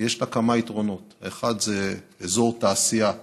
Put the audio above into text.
יש לה כמה יתרונות: האחד זה אזור תעשייה מפותח,